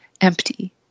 empty